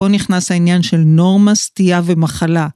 פה נכנס העניין של נורמה סטייה ומחלה.